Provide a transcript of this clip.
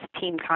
team